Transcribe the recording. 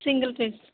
single phase